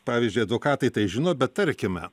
pavyzdžiui advokatai tai žino bet tarkime